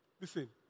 Listen